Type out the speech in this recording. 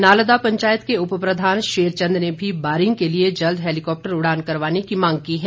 नालदा पंचायत के उपप्रधान शेरचंद ने भी बारिंग के लिए जल्द हैलीकॉप्टर उड़ान करवाने की मांग की है